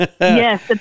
Yes